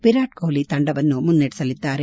ವಿರಾಟ್ ಕೊಹ್ಲಿ ತಂಡವನ್ನು ಮುನ್ನೆಡೆಸಲಿದ್ದಾರೆ